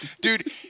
dude